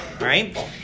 right